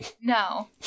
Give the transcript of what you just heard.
No